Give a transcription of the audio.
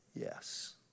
Yes